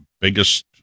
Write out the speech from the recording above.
biggest